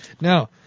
Now